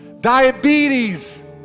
Diabetes